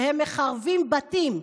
שהם מחרבים בתים,